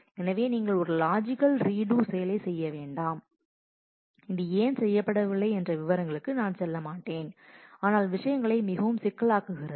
எனவே நீங்கள் ஒரு லாஜிக்கல் ரீடூ செயலைச் செய்ய வேண்டாம் இது ஏன் செய்யப்படவில்லை என்ற விவரங்களுக்கு நான் செல்லமாட்டேன் ஆனால் விஷயங்களை மிகவும் சிக்கலாக்குகிறது